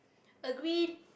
agreed